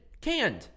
Canned